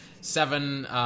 Seven